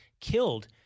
killed